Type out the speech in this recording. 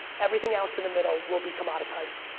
everything else in the middle will be commoditized.